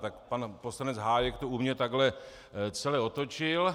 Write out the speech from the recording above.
Tak pan poslanec Hájek to u mě takhle celé otočil.